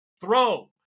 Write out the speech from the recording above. throw